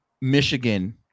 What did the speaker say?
Michigan